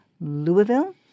Louisville